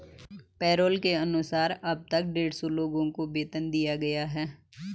payroll के अनुसार अब तक डेढ़ सौ लोगों को वेतन दिया गया है